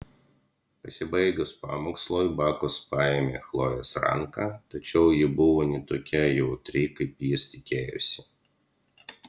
pasibaigus pamokslui bakas paėmė chlojės ranką tačiau ji buvo ne tokia jautri kaip jis tikėjosi